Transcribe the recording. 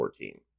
2014